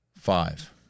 five